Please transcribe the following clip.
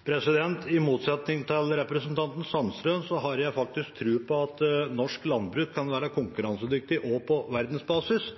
I motsetning til representanten Sandtrøen har jeg faktisk tro på at norsk landbruk kan være konkurransedyktig også på verdensbasis.